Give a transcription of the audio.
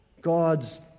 God's